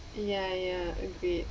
ya ya agreed